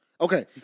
Okay